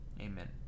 Amen